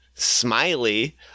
smiley